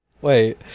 wait